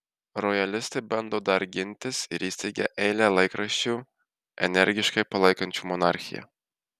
rojalistai bando dar gintis ir įsteigia eilę laikraščių energiškai palaikančių monarchiją